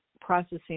processing